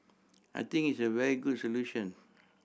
I think it's a very good solution